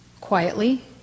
quietly